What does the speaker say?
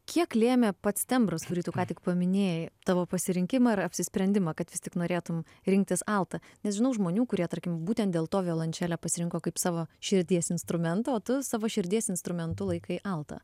kiek lėmė pats tembras kurį tu ką tik paminėjai tavo pasirinkimą ar apsisprendimą kad vis tik norėtum rinktis altą nes žinau žmonių kurie tarkim būtent dėl to violončelę pasirinko kaip savo širdies instrumentą o tu savo širdies instrumentu laikai altą